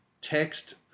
text